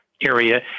area